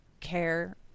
care